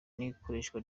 n’ikoreshwa